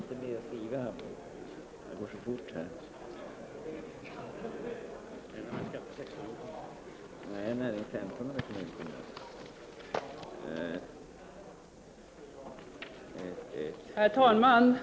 Herr talman! Jag yrkar för folkpartiets del bifall till reservationerna 2, 4, 5 och 8.